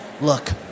look